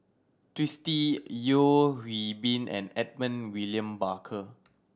Twisstii Yeo Hwee Bin and Edmund William Barker